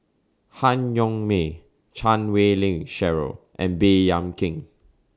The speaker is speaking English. Han Yong May Chan Wei Ling Cheryl and Baey Yam Keng